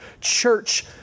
church